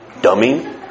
dummy